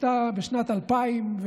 בשנת 2003,